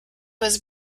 was